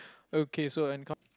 okay so and